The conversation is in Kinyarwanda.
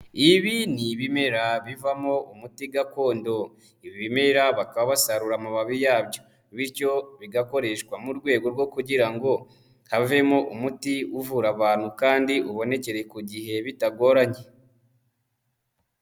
Ibi ni ibimera bivamo umuti gakondo. Ibi bimera bakaba basarura amababi yabyo, bityo bigakoreshwa mu rwego rwo kugira ngo, havemo umuti uvura abantu kandi ubonekere ku gihe bitagoranye.